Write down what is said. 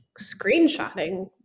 screenshotting